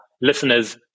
listeners